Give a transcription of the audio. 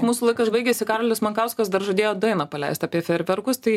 mūsų laikas baigėsi karolis makauskas dar žadėjo dainą paleist apie fejerverkus tai